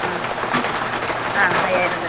ആ ആ അയ്യായിരം തരണം